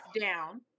down